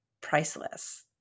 priceless